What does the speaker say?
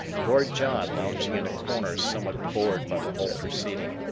lord john lounging in a corner somewhat bored by the whole proceeding,